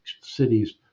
Cities